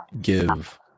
give